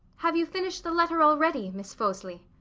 have you finished the letter already, miss fosli?